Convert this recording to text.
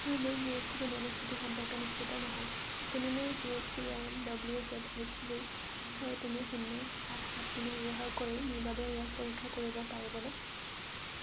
মই মোৰ G S T পঞ্জীয়নৰ স্থিতি সম্পৰ্কে নিশ্চিত নহয় আপুনি মোৰ G S T I W Z S G ছয় তিনি শূন্য সাত সাত তিনি ব্যৱহাৰ কৰি মোৰ বাবে ইয়াক পৰীক্ষা কৰিব পাৰিবনে